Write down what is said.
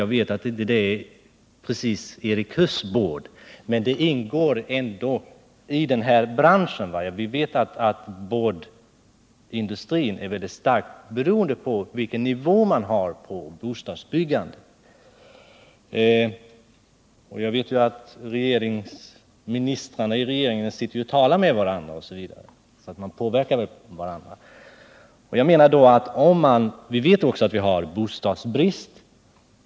Jag vet att detta inte precis är Erik Huss bord, men det ingår ändå i det här sammanhanget — vi vet ju att boardindustrin är starkt beroende av nivån på bostadsbyggandet. Och ministrarna i regeringen lär väl påverka varandra eftersom de talar med varandra. Vi vet också att det råder bostadsbrist.